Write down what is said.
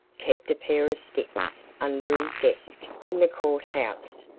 kept a pair of sticks under his desk in the court house,